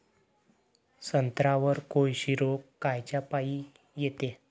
संत्र्यावर कोळशी रोग कायच्यापाई येते?